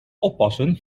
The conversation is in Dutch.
oppassen